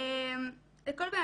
קודם כול,